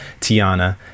tiana